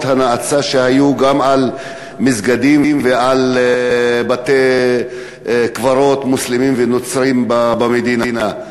הנאצה שהיו גם על מסגדים ועל בתי-קברות מוסלמיים ונוצריים במדינה.